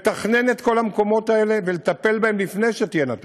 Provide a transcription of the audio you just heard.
לתכנן את כל המקומות האלה ולטפל בהם לפני שתהיינה תאונות.